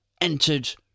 entered